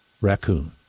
raccoon